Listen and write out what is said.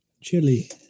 chili